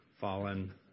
fallen